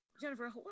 Jennifer